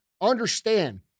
understand